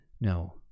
No